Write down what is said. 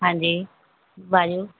ਹਾਂਜੀ ਵਾਜੂ